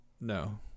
No